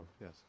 yes